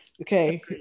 Okay